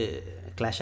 clash